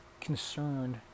concerned